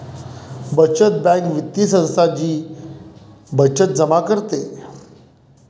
बचत बँक वित्तीय संस्था जी बचत जमा करते